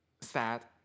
Sad